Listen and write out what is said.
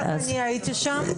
רק אני הייתי שם.